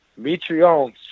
Mitrione